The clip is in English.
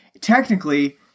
technically